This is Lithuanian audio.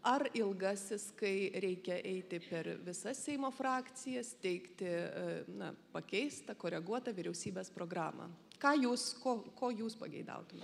ar ilgasis kai reikia eiti per visas seimo frakcijas teikti na pakeistą koreguotą vyriausybės programą ką jūs ko ko jūs pageidautumėt